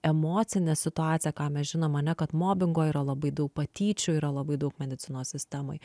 emocinė situacija ką mes žinom ane kad mobingo yra labai daug patyčių yra labai daug medicinos sistemoj